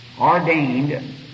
ordained